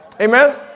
Amen